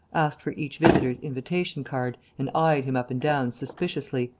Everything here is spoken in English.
asked for each visitor's invitation card and eyed him up and down suspiciously,